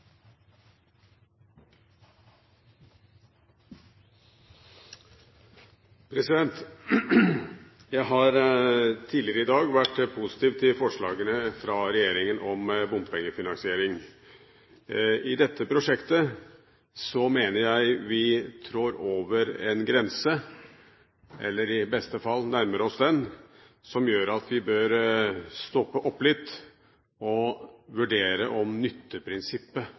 vi trår over en grense, eller i beste fall nærmer oss den, som gjør at vi bør stoppe opp litt og vurdere om nytteprinsippet,